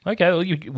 Okay